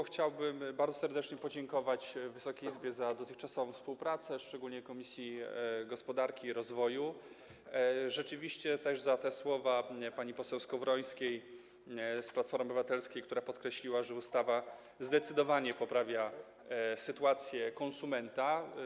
Chciałbym krótko bardzo serdecznie podziękować Wysokiej Izbie za dotychczasową współpracę, szczególnie Komisji Gospodarki i Rozwoju, jak też rzeczywiście za te słowa pani poseł Skowrońskiej z Platformy Obywatelskiej, która podkreśliła, że ustawa zdecydowanie poprawia sytuację konsumenta.